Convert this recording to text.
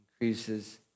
increases